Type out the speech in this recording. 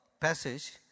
passage